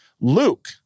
Luke